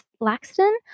Laxton